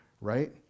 Right